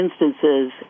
instances